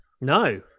no